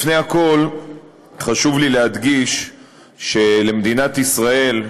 לפני הכול חשוב לי להדגיש שלמדינת ישראל,